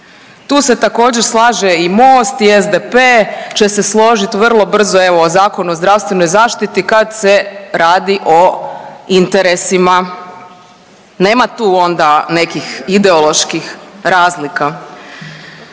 Tu se također slaže i Most i SDP će se složiti, vrlo brzo evo o Zakonu o zdravstvenoj zaštiti kad se radi o interesima. Nema tu onda nekih ideoloških razlika.